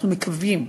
אנחנו מקווים.